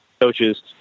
Coaches